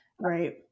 Right